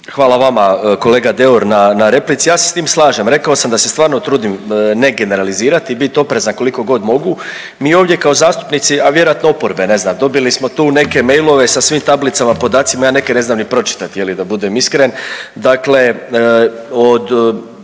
Hvala vama kolega Deur na replici. Ja se s tim slažem, rekao sam da se stvarno trudim ne generalizirat i biti oprezan koliko god mogu. Mi ovdje kao zastupnici, a vjerojatno oporbe ne znam dobili smo tu neke mailove sa svim tablicama, podacima, ja neke ne znam ni pročitati je li da budem iskren. Dakle, od